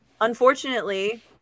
unfortunately